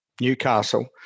Newcastle